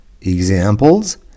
Examples